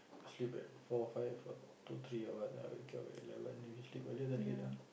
sleep at four five or two three or what lah wake up at eleven maybe sleep earlier than eight ah